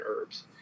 herbs